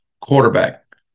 quarterback